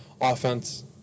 offense –